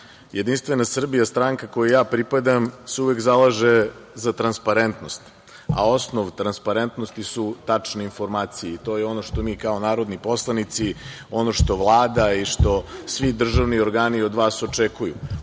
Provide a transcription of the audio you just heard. Jedinstvena Srbija, stranka kojoj ja pripadam se uvek zalaže za transparentnost, a osnov transparentnosti su tačne informacije i to je ono što mi kao narodni poslanici, ono što Vlada i što svi državni organi od vas očekuju.